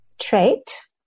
trait